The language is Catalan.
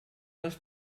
les